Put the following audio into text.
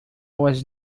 was